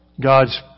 God's